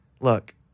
look